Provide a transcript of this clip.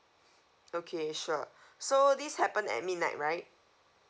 okay sure so this happened at midnight right